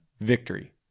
victory